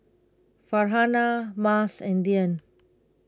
Farhanah Mas and Dian